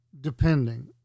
depending